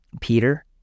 Peter